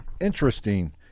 interesting